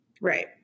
Right